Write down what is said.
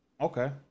Okay